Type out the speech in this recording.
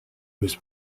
was